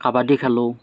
কাবাডী খেলোঁ